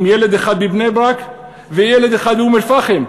ילד אחד בבני-ברק וילד אחד באום-אלפחם,